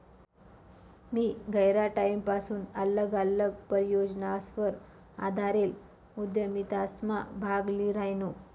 मी गयरा टाईमपसून आल्लग आल्लग परियोजनासवर आधारेल उदयमितासमा भाग ल्ही रायनू